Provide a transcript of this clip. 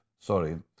sorry